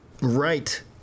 Right